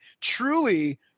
truly